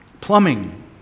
Plumbing